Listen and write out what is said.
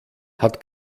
hat